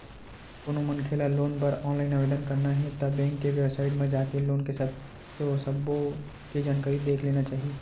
कोनो मनखे ल लोन बर ऑनलाईन आवेदन करना हे ता बेंक के बेबसाइट म जाके लोन के सब्बो के जानकारी देख लेना चाही